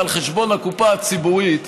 על חשבון הקופה הציבורית,